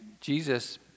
Jesus